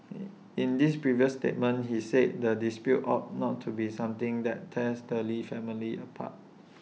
in this previous statement he said the dispute ought not to be something that tears the lee family apart